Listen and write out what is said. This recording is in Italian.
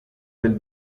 del